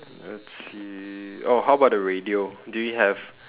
let's see oh how about the radio do you have